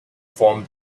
form